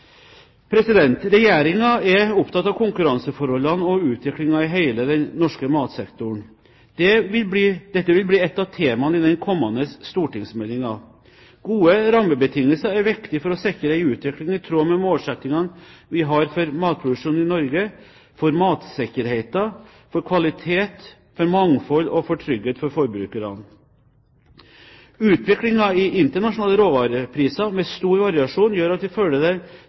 er opptatt av konkurranseforholdene og utviklingen i hele den norske matsektoren. Dette vil bli ett av temaene i den kommende stortingsmeldingen. Gode rammebetingelser er viktig for å sikre en utvikling i tråd med målsettingene vi har for matproduksjon i Norge, for matsikkerheten, for kvalitet, for mangfold og for trygghet for forbrukerne. Utviklingen i internasjonale råvarepriser, med stor variasjon, gjør at vi følger den